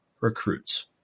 recruits